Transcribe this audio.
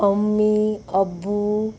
अम्मी अब्बू